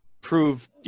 prove